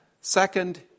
Second